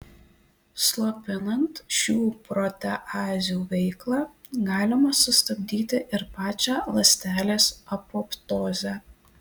slopinant šių proteazių veiklą galima sustabdyti ir pačią ląstelės apoptozę